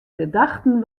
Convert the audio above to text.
gedachten